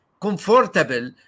comfortable